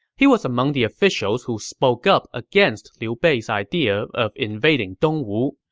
he was among the officials who spoke up against liu bei's idea of invading dongwu.